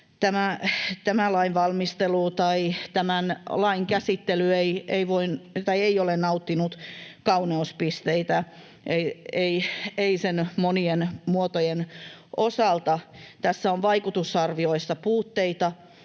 Tämä lainvalmistelu tai tämän lain käsittely ei ole nauttinut kauneuspisteitä, ei sen monien muotojen osalta. Tässä on vaikutusarvioissa puutteita.